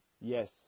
Yes